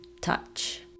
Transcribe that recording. touch